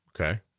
Okay